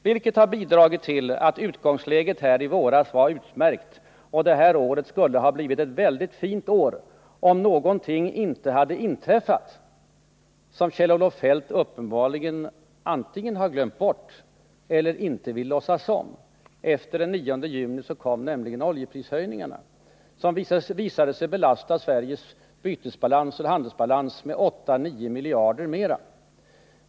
Det har bidragit till att utgångsläget i våras var utmärkt, och det här året 129 skulle ha blivit ett mycket fint år, om någonting inte hade inträffat som Kjell-Olof Feldt uppenbarligen antingen glömt bort eller inte vill låtsas om: efter den 9 juni kom oljeprishöjningarna, som visade sig på ett enda år belasta Sveriges handelsbalans med 8-9 miljarder ytterligare.